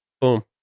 Boom